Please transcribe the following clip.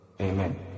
Amen